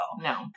No